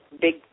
big